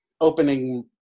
opening